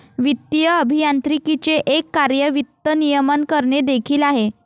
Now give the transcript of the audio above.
वित्तीय अभियांत्रिकीचे एक कार्य वित्त नियमन करणे देखील आहे